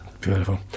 Beautiful